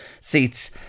seats